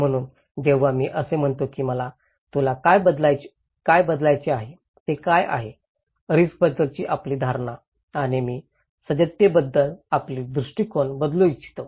म्हणून जेव्हा मी असे म्हणतो की मला तुला काय बदलायचे आहे ते काय आहे रिस्कबद्दलची आपली धारणा आणि मी सज्जतेबद्दल आपली दृष्टीकोन बदलू इच्छितो